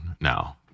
Now